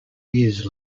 years